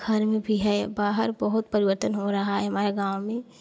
घर में भी है बाहर बहुत परिवर्तन हो रहा है हमारे गाँव में